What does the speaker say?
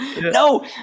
no